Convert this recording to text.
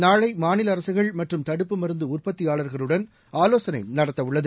நாளை மாநில அரசுகள் மற்றும் தடுப்பு மருந்து உற்பத்தியாளர்களுடன் ஆலோசனை நடத்தவுள்ளது